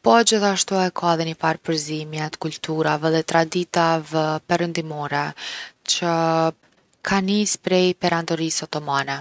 Po gjithashtu e ka edhe nifar përzimje t’kulturave edhe traditave perëndimore që ka nis prej perandorise Otomane.